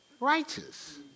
righteous